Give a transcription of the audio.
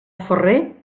ferrer